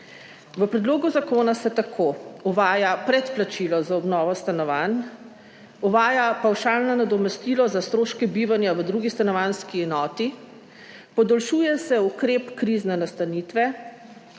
V predlogu zakona se tako uvaja predplačilo za obnovo stanovanj, uvaja pavšalno nadomestilo za stroške bivanja v drugi stanovanjski enoti, podaljšuje se ukrep krizne nastanitve,